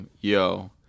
yo